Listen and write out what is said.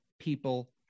people